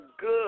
good